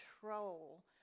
control